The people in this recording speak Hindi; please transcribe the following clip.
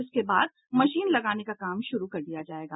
इसके बाद मशीन लगाने का काम शुरू कर दिया जायेगा